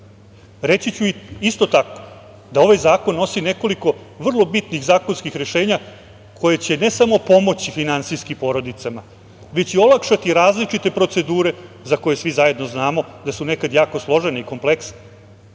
Reći ću isto tako da ovaj zakon nosi nekoliko vrlo bitnih zakonskih rešenja koja će ne samo pomoći finansijski porodicama već će olakšati različite procedure za koje svi zajedno znamo da su nekada jako složene i kompleksne. Recimo,